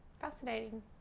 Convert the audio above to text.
Fascinating